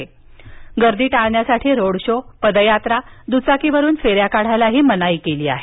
तसंच गर्दी टाळण्यासाठी रोडशो पदयात्रा दुचाकीवरून फेऱ्या काढण्यास मनाई केलीआहे